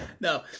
no